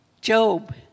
Job